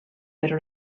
però